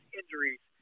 injuries